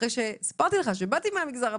וסיפרתי לכם שבאתי מהמגזר הפרטי,